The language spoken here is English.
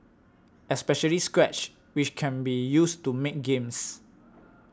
especially Scratch which can be used to make games